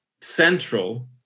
central